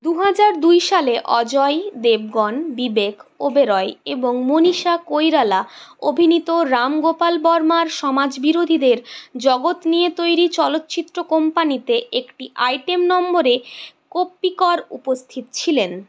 দু হাজার দুই সালে অজয় দেবগন বিবেক ওবেরয় এবং মনীষা কৈরালা অভিনীত রামগোপাল বর্মার সমাজবিরোধীদের জগৎ নিয়ে তৈরি চলচ্চিত্র কোম্পানিতে একটি আইটেম নম্বরে কোপিকর উপস্থিত ছিলেন